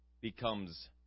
becomes